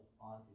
on